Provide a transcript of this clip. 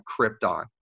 Krypton